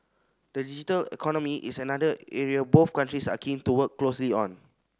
the digital economy is another area both countries are keen to work closely on